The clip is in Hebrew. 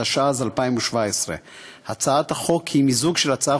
התשע"ז 2017. הצעת החוק היא מיזוג של הצעת